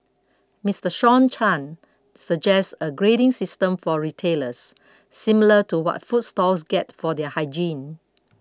Mister Sean Chan suggests a grading system for retailers similar to what food stalls get for their hygiene